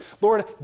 Lord